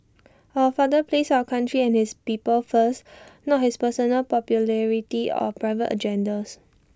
our father placed our country and his people first not his personal popularity or private agendas